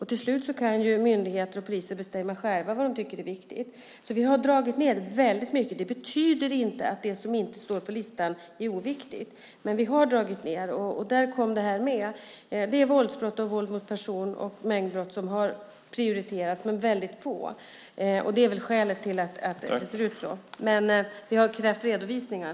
Till slut kan ju myndigheter och poliser själva bestämma vad de tycker är viktigt, så vi har dragit ned väldigt mycket. Det betyder inte att det som inte står på listan är oviktigt, men vi har dragit ned, och då kom det här med. Det är våldsbrott, våld mot person och mängdbrott som har prioriterats. Det är väl skälet till att det ser ut som det gör. Men vi har krävt redovisningar.